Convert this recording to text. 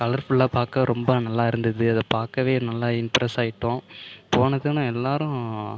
colour ஃபுல்லாக பார்க்க ரொம்ப நல்லாயிருந்தது அதை பார்க்கவே நல்லா இம்ப்ரெஸ்ஸாகிட்டோம் போனதும் நான் எல்லாரும்